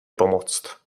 pomoct